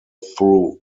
through